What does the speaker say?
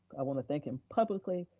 i wanna thank him publicly,